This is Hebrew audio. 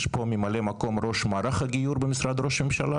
יש פה ממלא מקום ראש מערך הגיור במשרד הממשלה